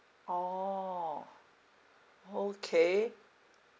orh okay